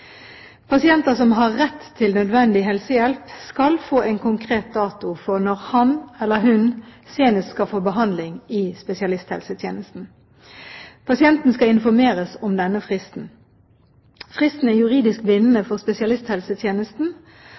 Pasienter som har rett til nødvendig helsehjelp, skal få en konkret dato for når han eller hun senest skal få behandling i spesialisthelsetjenesten. Pasienten skal informeres om denne fristen. Fristen er juridisk bindende for spesialisthelsetjenesten,